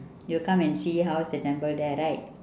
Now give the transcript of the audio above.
you'd come and see how is the temple there right